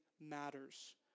matters